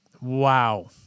Wow